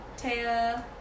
Taya